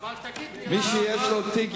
מי שיש לו תיק,